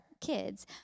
kids